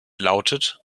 lautet